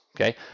Okay